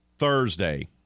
Thursday